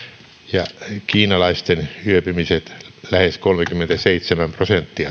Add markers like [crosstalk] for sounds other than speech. ja kiinalaisten yöpymiset lähes kolmekymmentäseitsemän prosenttia [unintelligible]